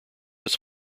its